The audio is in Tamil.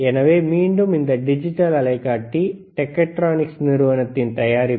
எனவே மீண்டும் இந்த டிஜிட்டல் அலைக்காட்டி டெக்ட்ரோனிக்ஸ் நிறுவனத்தின் தயாரிப்பு